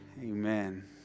amen